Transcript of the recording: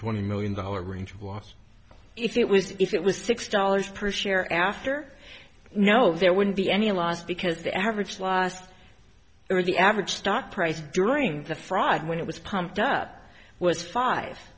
twenty million dollars range was it was if it was six dollars per share after no there wouldn't be any loss because the average last year the average stock price during the fraud when it was pumped up was five